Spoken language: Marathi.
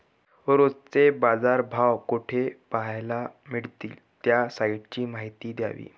रोजचे बाजारभाव कोठे पहायला मिळतील? त्या साईटची माहिती द्यावी